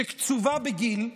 שקצובה בגיל,